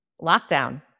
lockdown